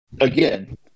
again